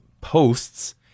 posts